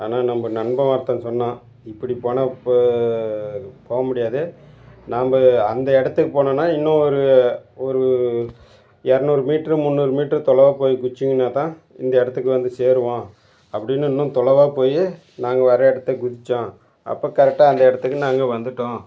ஆனால் நம்ப நண்பன் ஒருத்தன் சொன்னான் இப்படி போனால் இப்போ போக முடியாது நம்ப வந்து அந்த இடத்துக்கு போகணுன்னா இன்னும் ஒரு ஒரு இரநூறு மீட்ரு முந்நூறு மீட்ரு தொலைவாக போய் குதிச்சிங்கனா தான் இந்த இடத்துக்கு வந்து சேருவோம் அப்படின்னு இன்னும் தொலைவாக போய் நாங்கள் வேறு இடத்த குதித்தோம் அப்போ கரெக்டாக அந்த இடத்துக்கு நாங்கள் வந்துவிட்டோம்